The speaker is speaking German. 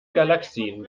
galaxien